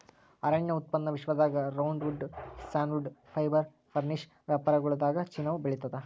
ಅರಣ್ಯ ಉತ್ಪನ್ನ ವಿಶ್ವದಾಗ ರೌಂಡ್ವುಡ್ ಸಾನ್ವುಡ್ ಫೈಬರ್ ಫರ್ನಿಶ್ ವ್ಯಾಪಾರದಾಗಚೀನಾವು ಬೆಳಿತಾದ